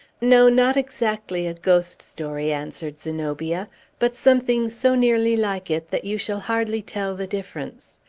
no, not exactly a ghost story, answered zenobia but something so nearly like it that you shall hardly tell the difference.